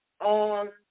on